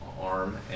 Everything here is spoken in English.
arm